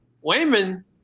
Wayman